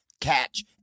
Catch